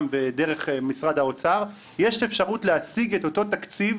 דרך משרד האוצר יש אפשרות להשיג את אותו תקציב,